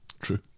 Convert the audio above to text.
True